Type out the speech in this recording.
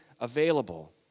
available